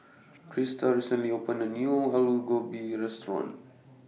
Crista recently opened A New Aloo Gobi Restaurant